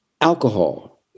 Alcohol